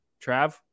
Trav